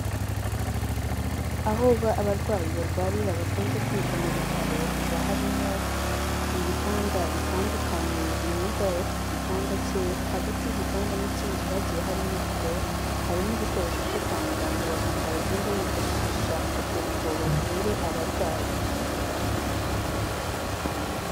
Aho abarwayi barwarira bakunze kwita mu bitaro, haba harimo ibitanda bitandukanye, buri murwayi aba afite igitanda cye, hagati y'igitanda n'ikindi hagiye harimo rido, harimo ibikoresho byo kwa muganga abaganga bagenda bifashisha mu kugira ngo bavure abarwayi.